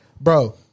bro